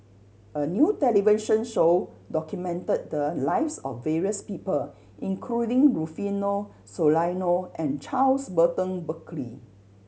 a new television show documented the lives of various people including Rufino Soliano and Charles Burton Buckley